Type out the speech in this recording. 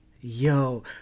yo